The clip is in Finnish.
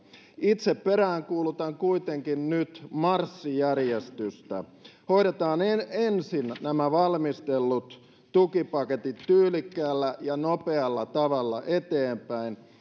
itse peräänkuulutan kuitenkin nyt marssijärjestystä hoidetaan ensin nämä valmistellut tukipaketit tyylikkäällä ja nopealla tavalla eteenpäin